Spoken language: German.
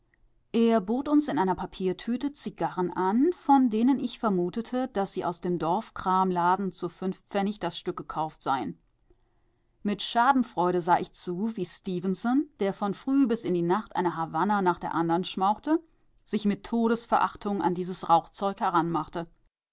er bot uns in einer papiertüte zigarren an von denen ich vermutete daß sie aus dem dorfkramladen zu fünf pfennig das stück gekauft seien mit schadenfreude sah ich zu wie stefenson der von früh bis in die nacht eine havanna nach der andern schmauchte sich mit todesverachtung an